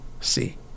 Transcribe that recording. See